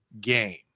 game